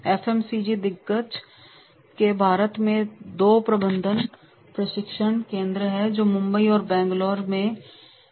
FMCG दिग्गज के भारत में दो प्रबंधन प्रशिक्षण केंद्र हैं जो मुंबई और बैंगलोर के सही में हैं